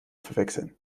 verwechseln